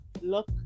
look